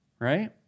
right